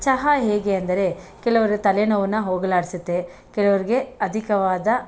ಚಹಾ ಹೇಗೆ ಅಂದರೆ ಕೆಲವರ ತಲೆನೋವನ್ನು ಹೋಗಲಾಡಿಸುತ್ತೆ ಕೆಲವರಿಗೆ ಅಧಿಕವಾದ